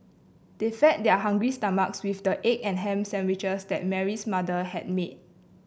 they fed their hungry stomachs with the egg and ham sandwiches that Mary's mother had made